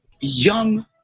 young